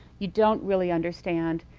you don't really understand,